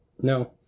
no